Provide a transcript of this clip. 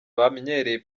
bamenyereye